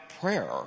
prayer